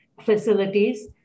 facilities